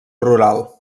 rural